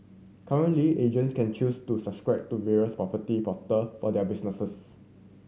currently agents can choose to subscribe to various property portal for their businesses